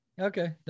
Okay